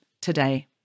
today